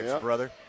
brother